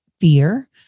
fear